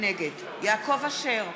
נגד יעקב אשר,